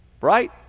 right